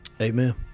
Amen